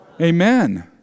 Amen